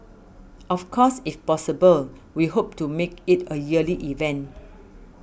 of course if possible we hope to make it a yearly event